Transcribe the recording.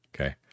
Okay